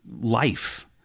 life